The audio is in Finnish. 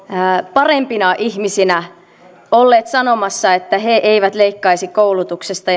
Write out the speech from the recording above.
parempina ihmisinä olleet sanomassa että he eivät leikkaisi koulutuksesta